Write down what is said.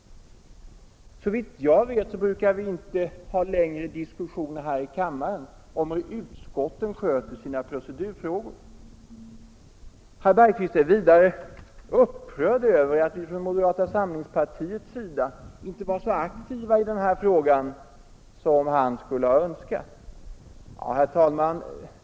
Såvitt jag vet brukar vi inte ha längre diskussioner här i kammaren om hur utskotten sköter sina procedurfrågor. Herr Bergqvist är vidare upprörd över att vi från moderata samlingspartiets sida inte var så aktiva i den här frågan som han skulle han önskat.